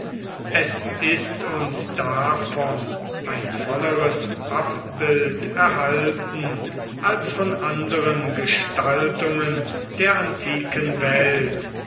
es ist uns davon ein volleres abbild erhalten als von anderen gestaltungen der antiken welt